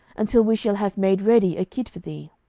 until we shall have made ready a kid for thee.